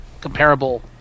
comparable